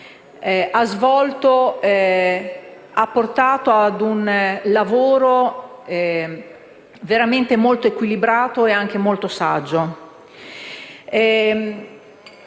ha portato a un risultato veramente molto equilibrato e anche molto saggio.